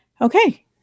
Okay